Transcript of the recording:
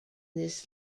this